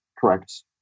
correct